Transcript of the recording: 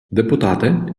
депутати